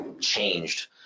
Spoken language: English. changed